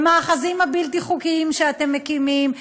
במאחזים הבלתי-חוקיים שאתם מקימים,